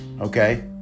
okay